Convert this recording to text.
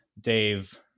Dave